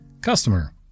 Customer